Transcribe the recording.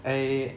I